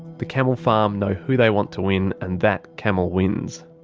the camel farm know who they want to win, and that camel wins.